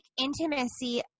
intimacy